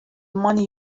money